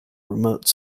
remote